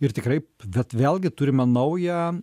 ir tikrai bet vėlgi turime naują